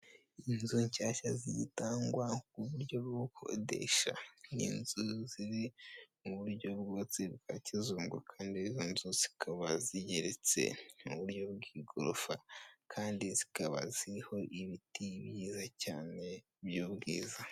Inzu nshyashya zitangwa mu buryo bwo gukodesha, ni inzu ziri mu buryo bwubatsi bwa kizungu kandi nazo zikaba zigeretse mu buryo bw'igorofa kandi zikaba ziriho ibiti byiza cyane by'ubwiza.